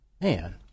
man